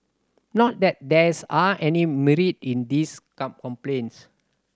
not that there is aren't any merit in these complaints